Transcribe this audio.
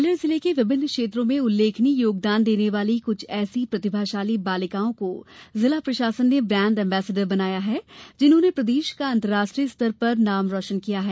ग्वालियर ज़िले की विभिन्न क्षेत्रों में उल्लेखनीय योगदान देने वाली कुछ ऐसी प्रतिभाशाली बालिकाओं को ज़िला प्रशासन ने ब्रांड एंबेस्डर बनाया है जिन्होंने प्रदेश का अंतर्राष्ट्रीय स्तर पर ग्वालियर का नाम रोशन किया है